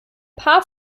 paar